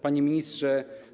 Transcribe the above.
Panie Ministrze!